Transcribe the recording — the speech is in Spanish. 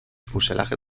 fuselaje